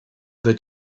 they